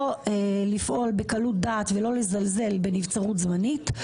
לא לפעול בקלות דעת ולא לזלזל בנבצרות זמנית.